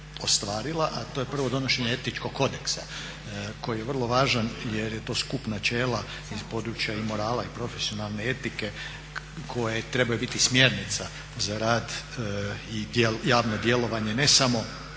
ostvarila, a to je prvo donošenje etičkog kodeksa koji je vrlo važan jer je to skup načela iz područja i morala i profesionalne etike koje trebaju biti smjernica za rad i javno djelovanje ne samo